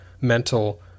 mental